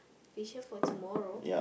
vision for tomorrow